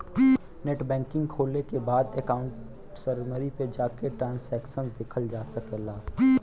net banking खोले के बाद अकाउंट समरी पे जाके ट्रांसैक्शन देखल जा सकला